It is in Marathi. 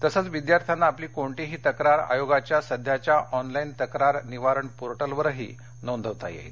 तसंच विद्यार्थ्यांना आपली कोणतीही तक्रार आयोगाच्या सध्याच्या ऑनलाईन तक्रार निवारण पोर्टलवरही नोंदवता येईल